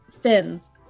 fins